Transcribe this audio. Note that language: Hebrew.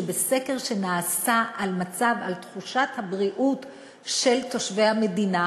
שבסקר שנעשה על תחושת הבריאות של תושבי המדינה